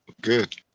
Good